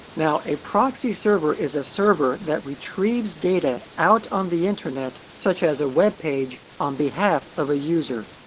now a proxy server is a server that retrieves data out on the internet, such as a web page, on behalf of a user.